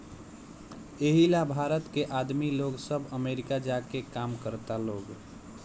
एही ला भारत के आदमी लोग सब अमरीका जा के काम करता लोग